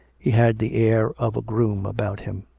he had the air of a groom about him.